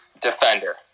defender